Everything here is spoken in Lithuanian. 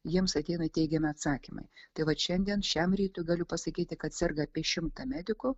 jiems ateina teigiami atsakymai tai vat šiandien šiam rytui galiu pasakyti kad serga apie šimtą medikų